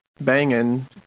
Banging